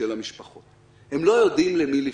של המשפחות הם לא יודעים למי לפנות.